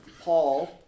Paul